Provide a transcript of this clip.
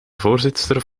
voorzitster